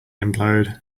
implode